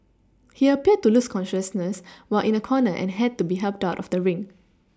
he appeared to lose consciousness while in a corner and had to be helped out of the ring